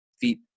feet